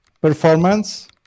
Performance